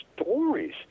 stories